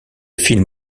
film